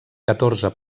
catorze